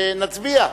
ונצביע.